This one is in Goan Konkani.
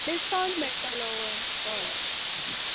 डिसकावण्ट मेळटलो वोय होय